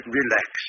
relax